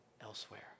elsewhere